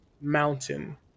mountain